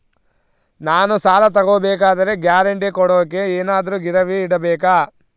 ನಾನು ಸಾಲ ತಗೋಬೇಕಾದರೆ ಗ್ಯಾರಂಟಿ ಕೊಡೋಕೆ ಏನಾದ್ರೂ ಗಿರಿವಿ ಇಡಬೇಕಾ?